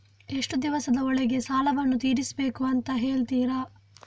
ಎಷ್ಟು ದಿವಸದ ಒಳಗೆ ಸಾಲವನ್ನು ತೀರಿಸ್ಬೇಕು ಅಂತ ಹೇಳ್ತಿರಾ?